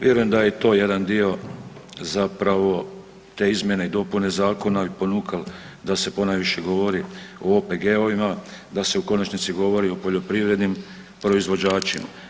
Vjerujem da je i to jedan dio zapravo te izmjene i dopune zakona i ponukalo da se ponajviše govori o OPG-ovima, da se u konačnici govori o poljoprivrednim proizvođačima.